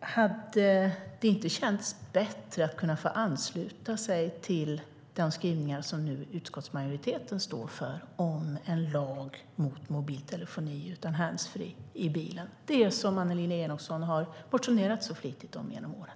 Hade det inte känts bättre att få ansluta sig till den skrivning som utskottsmajoriteten nu står för, om en lag mot mobiltelefoni utan handsfree i bilen - det som Annelie Enochson har motionerat så flitigt om genom åren?